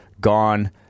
gone